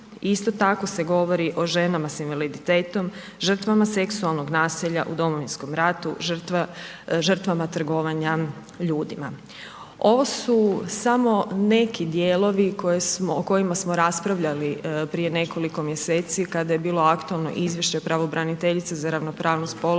isto tako se govori o ženama sa invaliditetom, žrtvama seksualnog nasilja u Domovinskom ratu, žrtvama trgovanja ljudima. Ovo su samo neki dijelovi o kojima smo raspravljali prije nekoliko mjeseci kada je bilo aktualno izvješće pravobraniteljice za ravnopravnost spolova